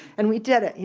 and we did it.